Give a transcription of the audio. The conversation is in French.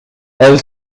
elle